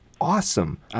awesome